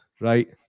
right